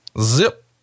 zip